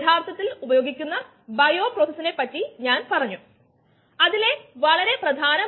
മാത്രമല്ല ആ ബയോറിയാക്ടറിന് ഒരു പ്രത്യേക നാമമുണ്ട്